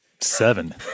Seven